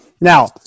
Now